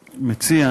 למציע.